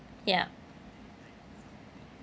ya